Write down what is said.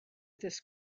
this